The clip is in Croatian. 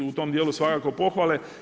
I u tom djelu svakako pohvale.